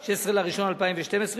16 בינואר 2012,